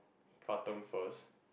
Katong first